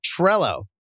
Trello